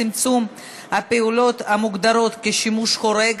צמצום הפעולות המוגדרות כשימוש חורג),